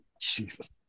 Jesus